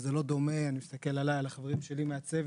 וזה לא דומה אני מסתכל עליי ועל החברים שלי מהצוות,